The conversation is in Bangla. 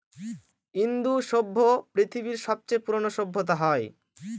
ইন্দু সভ্য পৃথিবীর সবচেয়ে পুরোনো সভ্যতা হয়